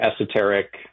esoteric